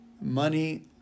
money